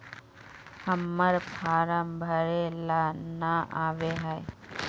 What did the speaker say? हम्मर फारम भरे ला न आबेहय?